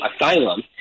asylum